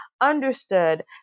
understood